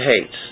hates